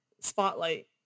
spotlight